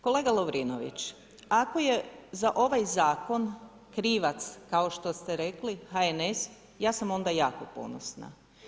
Kolega Lovrinović, ako je za ovaj Zakon krivac kao što ste rekli HNS, ja sam onda jako ponosna.